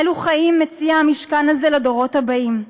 אילו חיים מציע המשכן הזה לדורות הבאים?